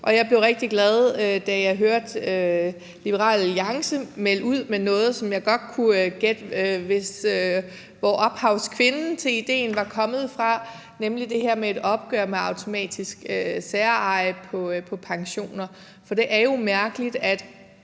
og jeg blev rigtig glad, da jeg hørte Liberal Alliance melde noget ud, hvor jeg godt kunne gætte, hvor ophavskvinden til idéen kom fra, nemlig det her med et opgør med automatisk særeje på pensioner. For når man indgår et